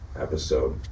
episode